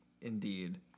indeed